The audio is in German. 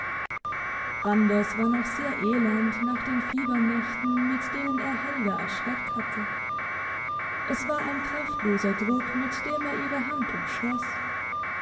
randers war noch sehr elend nach den fiebernächten mit denen er helga erschreckt hatte es war ein kraftloser druck mit dem er ihre hand